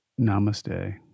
namaste